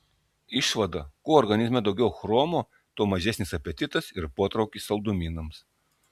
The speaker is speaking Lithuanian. išvada kuo organizme daugiau chromo tuo mažesnis apetitas ir potraukis saldumynams